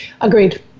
agreed